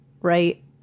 Right